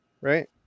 right